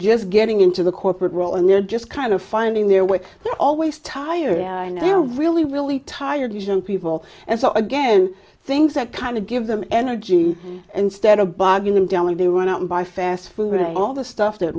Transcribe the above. just getting into the corporate role and they're just kind of finding their way always tired and they're really really tired vision people and so again things that kind of give them energy instead of bugging them dully they run out and buy fast food and all the stuff that